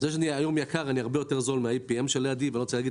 היום אני זול בהרבה מ-APM שלידי ואני לא רוצה להגיד